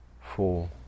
four